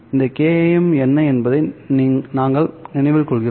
இந்த kAM என்ன என்பதை நாங்கள் நினைவில் கொள்கிறோம்